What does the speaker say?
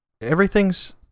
Everything's